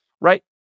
right